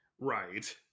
Right